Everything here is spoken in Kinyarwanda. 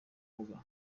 avuga